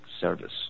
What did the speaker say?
service